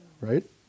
Right